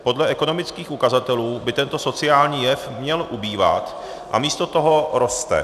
Podle ekonomických ukazatelů by tento sociální jev měl ubývat a místo toho roste.